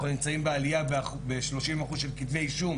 אנחנו נמצאים בעלייה של 30% של כתבי אישום